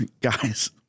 Guys